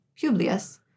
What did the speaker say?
Publius